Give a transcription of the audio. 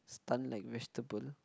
stunned like vegetable